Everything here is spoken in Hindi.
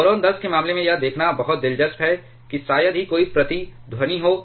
बोरान 10 के मामले में यह देखना बहुत दिलचस्प है कि शायद ही कोई प्रतिध्वनि हो